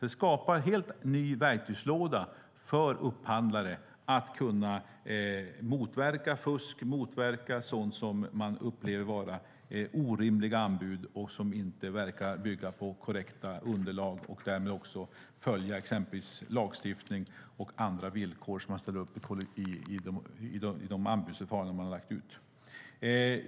Det ger helt nya möjligheter för upphandlare att motverka fusk, att motverka sådant som de upplever som orimliga anbud, som inte verkar bygga på korrekta underlag och därmed följa exempelvis lagstiftning och andra villkor som ställs ut i de anbudsförfaranden man lagt ut.